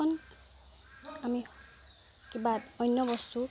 আমি কিবা অন্য বস্তু